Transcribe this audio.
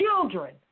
children